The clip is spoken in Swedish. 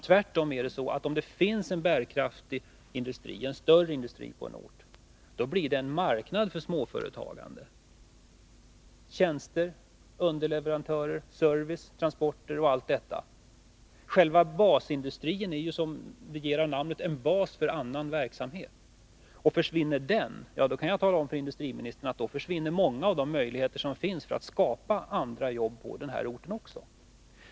Tvärtom, om det finns en bärkraftig, större industri på en ort blir det en marknad för småföretagandet — för tjänster, Nr 143 underleverantörer, service, transporter och allt detta. Själva basindustrin är Måndagen den ju som namnet anger en bas för annan verksamhet. Jag kan tala om för 10 maj 1982 industriministern att försvinner basindustrin, försvinner också många möjligheter till andra arbeten på orten.